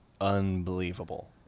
unbelievable